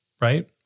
right